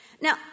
Now